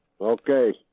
Okay